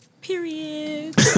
Period